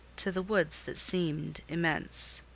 to the woods that seemed immense,